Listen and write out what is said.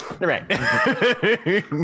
Right